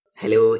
Hello